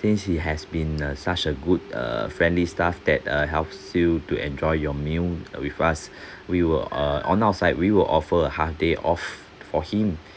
since he has been a such a good err friendly staff that uh helps you to enjoy your meal with us we will uh on our side we will offer a half day off for him